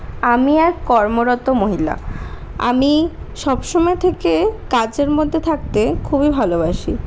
আমি এক কর্মরত মহিলা আমি সবসময় থেকে কাজের মধ্যে থাকতে খুবই ভালোবাসি